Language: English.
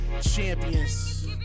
Champions